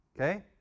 Okay